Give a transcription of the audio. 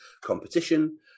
competition